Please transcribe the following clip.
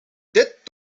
dit